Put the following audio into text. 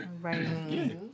Right